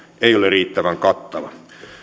ei ole riittävän kattava